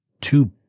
two